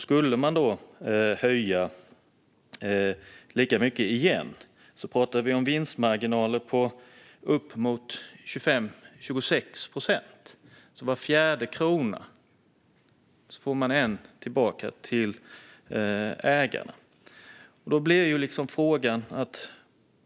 Skulle man höja lika mycket igen talar vi om vinstmarginaler på uppemot 25-26 procent, alltså att var fjärde krona går tillbaka till ägarna.